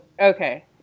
okay